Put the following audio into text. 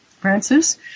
Francis